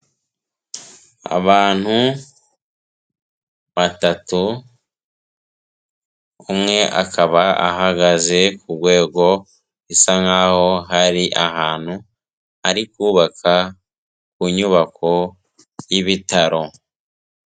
Abantu batatu umwe akaba ahagaze ku rwego bisa nk'aho hari ahantu bari kubaka ku nyubako y'ibitaro.